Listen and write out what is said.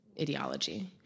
ideology